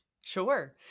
Sure